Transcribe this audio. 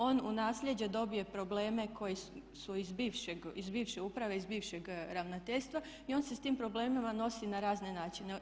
On u nasljeđe dobije probleme koji su iz bivše uprave, iz bivšeg ravnateljstva i on se sa tim problemima nosi na razne načine.